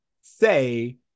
say